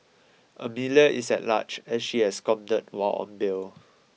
Amelia is at large as she absconded while on bail